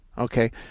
Okay